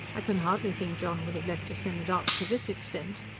i can hardly think john would have left us in the dark to this extent.